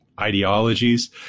ideologies